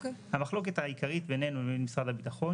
המחלוקת העיקרית בינינו לבין משרד הביטחון